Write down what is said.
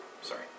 Sorry